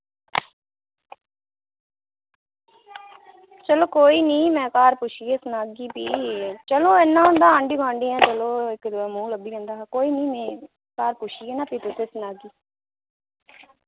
चलो कोई नि मैं घर पुच्छियै सनागी फ्ही चलो इन्ना होंदा आंढी गुआंढियें चलो इक दुए दा मूंह लब्भी जंदा हा कोई नि में घर पुच्छियै ना फ्ही तुसें सनागी